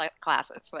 classes